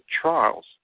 trials